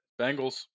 Bengals